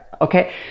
okay